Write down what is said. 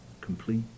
complete